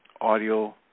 audio